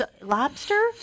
lobster